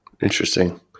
Interesting